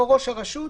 או ראש הרשות,